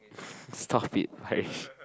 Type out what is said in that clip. stop it Parish